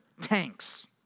tanks